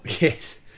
yes